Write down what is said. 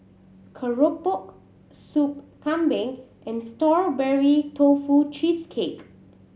keropok Soup Kambing and Strawberry Tofu Cheesecake